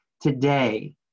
today